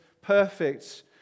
perfect